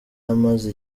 amaze